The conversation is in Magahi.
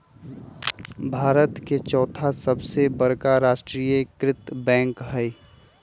भारत के चौथा सबसे बड़का राष्ट्रीय कृत बैंक हइ